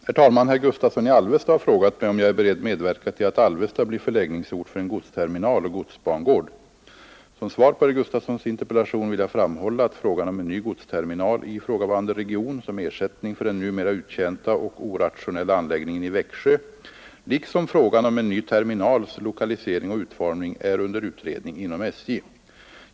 Herr talman! Herr Gustavsson i Alvesta har frågat mig om jag är beredd medverka till att Alvesta blir förläggningsort för en godsterminal och godsbangård. Som svar på herr Gustavssons interpellation vill jag framhålla att frågan om en ny godsterminal i ifrågavarande region — som ersättning för den numera uttjänta och orationella anläggningen i Vä — liksom frågan om en ny terminals lokalisering och utformning är under utredning inom SJ.